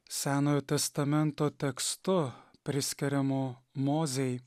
senojo testamento tekstu priskiriamo mozei